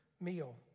meal